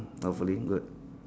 hopefully good